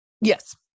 Yes